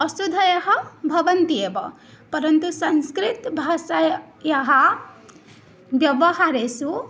अशुद्धयः भवन्ति एव परन्तु संस्कृतभाषायाः व्यवहारेषु